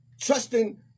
Trusting